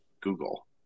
Google